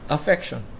Affection